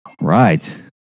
Right